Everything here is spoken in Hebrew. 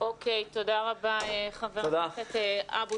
אוקיי, תודה רבה חבר הכנסת אבו